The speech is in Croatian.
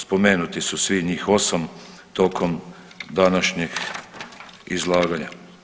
Spomenuti su svi njih 8 tokom današnjeg izlaganja.